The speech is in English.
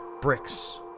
bricks